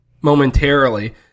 momentarily